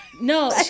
No